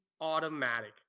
automatic